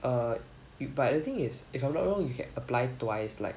err you but the thing is if I'm not wrong you can apply twice like